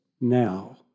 now